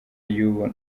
y’ubu